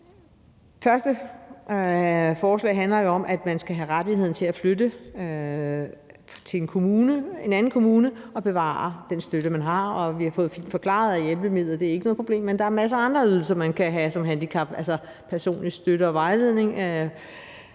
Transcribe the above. del af forslaget handler om, at man skal have rettigheden til at flytte til en anden kommune og bevare den støtte, man har, og vi har fået forklaret, at hjælpemidler ikke er noget problem, men der er en masse andre ydelser, man kan få som handicappet, altså personlig støtte og vejledning,